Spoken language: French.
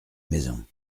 maison